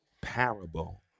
parable